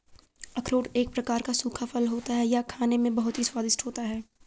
अखरोट एक प्रकार का सूखा फल होता है यह खाने में बहुत ही स्वादिष्ट होता है